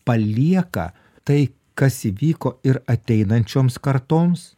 palieka tai kas įvyko ir ateinančioms kartoms